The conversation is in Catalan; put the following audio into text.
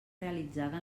realitzada